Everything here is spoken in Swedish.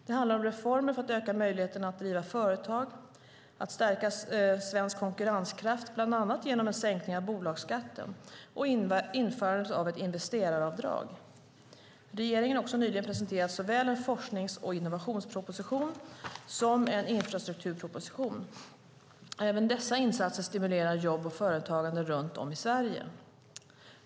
Det handlar om reformer för att öka möjligheterna att driva företag och stärka svensk konkurrenskraft, bland annat en sänkning av bolagsskatten och införandet av ett investeraravdrag. Regeringen har också nyligen presenterat såväl en forsknings och innovationsproposition som en infrastrukturproposition. Även dessa insatser stimulerar jobb och företagande runt om i Sverige.